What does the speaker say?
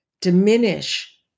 diminish